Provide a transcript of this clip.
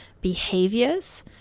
behaviors